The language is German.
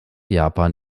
japan